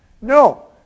No